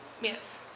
Yes